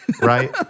right